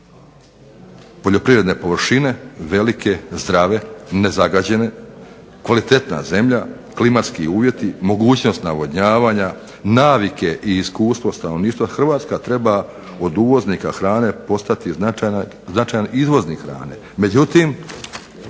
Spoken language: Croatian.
poljoprivrede površine velike, zdrave, nezagađene, kvalitetna zemlja, klimatski uvjeti, mogućnosti navodnjavanja, navike i iskustvo stanovništva, Hrvatska treba od uvoznika hrane postati značajan izvoznik hrane. Međutim,